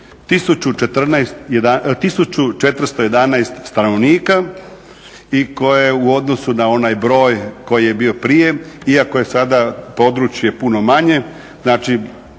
1411 stanovnika i koje u odnosu na onaj broj koji je bio prije, iako je sada područje puno manje, znači